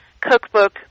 cookbook